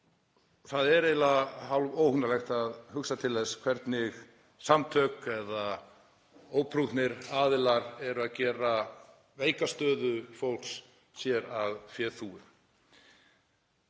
það er eiginlega hálfóhugnanlegt að hugsa til þess hvernig samtök eða óprúttnir aðilar eru að gera veika stöðu fólks sér að féþúfu.